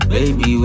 Baby